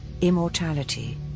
immortality